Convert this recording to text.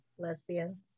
Lesbian